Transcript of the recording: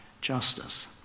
justice